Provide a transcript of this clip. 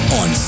on